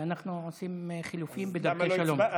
ואנחנו עושים חילופים בדרכי שלום.